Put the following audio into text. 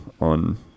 on